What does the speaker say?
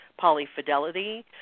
polyfidelity